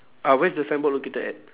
ah where's the signboard located at